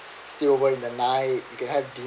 still were in the night you can have